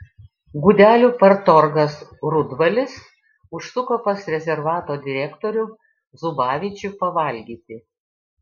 gudelių partorgas rudvalis užsuko pas rezervato direktorių zubavičių pavalgyti